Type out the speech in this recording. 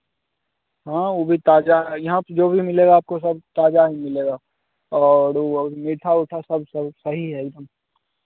हाँ वह भी ताज़ा यहाँ पर जो भी मिलेगा आपको सब ताजा ही मिलेगा और वह मीठा उठा सब सब सही है